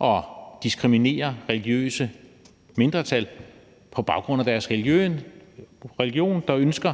at diskriminere religiøse mindretal på baggrund af deres religion, og som ønsker